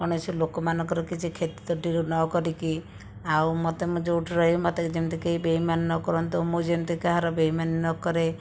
କୌଣସି ଲୋକମାନଙ୍କର କିଛି କ୍ଷତି ତ୍ରୁଟି ନକରିକି ଆଉ ମୋତେ ମୁଁ ଯେଉଁଠି ରହିବି ମୋତେ ଯେମିତି କେହି ବେଇମାନି ନକରନ୍ତୁ ମୁଁ ଯେମିତି କାହାର ବେଇମାନି ନକରେ